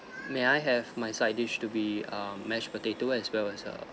may I have my side dish to be um mashed potato as well as a